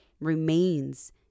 remains